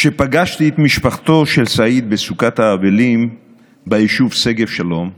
כשפגשתי את משפחתו של סעיד בסוכת האבלים ביישוב שגב שלום,